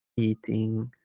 eating